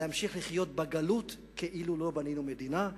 להמשיך לחיות בגלות כאילו לא בנינו מדינה.